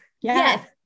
Yes